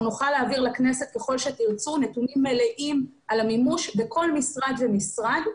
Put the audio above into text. נוכל להעביר לכנסת ככל שתרצו נתונים מלאים על המימוש בכל משרד ומשרד.